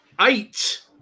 Eight